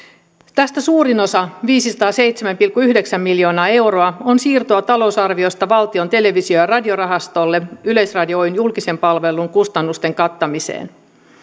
tästä suurin osa viisisataaseitsemän pilkku yhdeksän miljoonaa euroa on siirtoa talousarviosta valtion televisio ja radiorahastolle yleisradion julkisen palvelun kustannusten kattamiseen